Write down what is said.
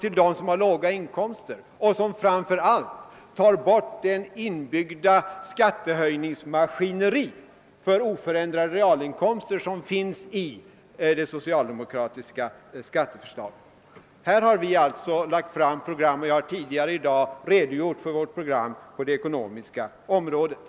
till dem som har låga inkomster och "som framför allt eliminerar det inbyggda skattehöjningsmaskineri för oförändrade realinkomster som finns i det socialdemokratiska skatteförslaget. Jag har tidigare i dag redogjort för vårt program på det ekonomiska området.